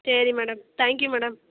சரி madam thank you madam